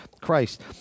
Christ